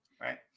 Right